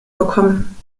gekommen